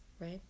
right